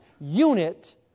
unit